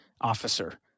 Officer